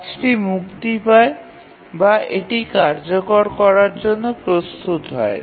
কাজটি মুক্তি পায় বা এটি কার্যকর করার জন্য প্রস্তুত হয়